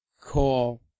call